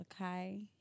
okay